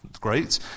great